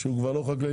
שהוא כבר לא חקלאי,